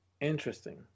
Interesting